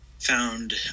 found